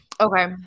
Okay